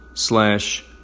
slash